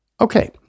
Okay